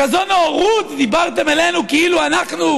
בכזאת נאורות דיברתם אלינו כאילו אנחנו